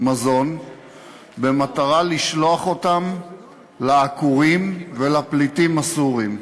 מזון במטרה לשלוח אותן לעקורים ולפליטים הסורים.